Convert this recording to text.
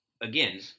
again